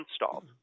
installed